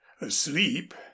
asleep